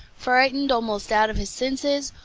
frightened almost out of his senses,